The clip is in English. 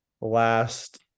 last